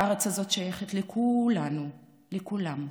הארץ הזאת שייכת לכולנו, לכולם.